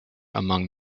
among